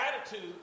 attitude